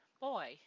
boy